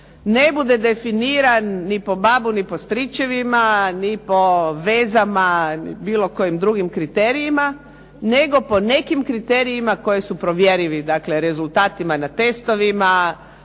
ne bude definiran ni po babi, ni po stričevima, ni po vezama bilo kojim drugim kriterijima, nego po nekim kriterijima koji su provjerljivi, dakle rezultatima na testovima,